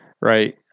Right